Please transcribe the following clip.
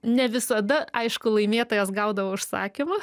ne visada aišku laimėtojas gaudavo užsakymą